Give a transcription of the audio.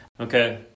Okay